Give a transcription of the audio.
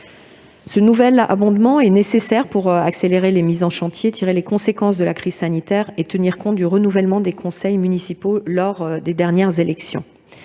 Ce nouvel abondement était nécessaire pour accélérer les mises en chantier, tirer les conséquences de la crise sanitaire et tenir compte du renouvellement des conseils municipaux lors des dernières élections.